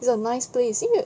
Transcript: it's a nice place 因为